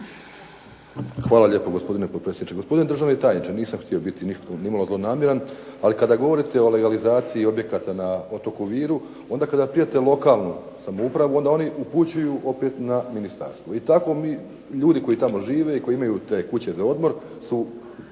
Hvala lijepo gospodine potpredsjedniče. Gospodine državni tajniče, nisam htio biti nimalo zlonamjeran, ali kada govorite o legalizaciji objekata na otoku Viru, onda kada …/Ne razumije se./… lokalnu samoupravu, onda oni upućuju opet na ministarstvo, i tako mi, ljudi koji tamo žive i koji imaju te kuće za odmor su,